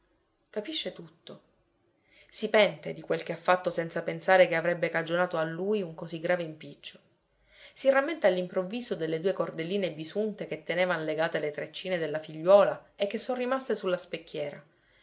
capisce tutto si pente di quel che ha fatto senza pensare che avrebbe cagionato a lui un così grave impiccio si rammenta all'improvviso delle due cordelline bisunte che tenevan legate le treccine della figliuola e che son rimaste sulla specchiera